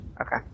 Okay